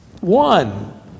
One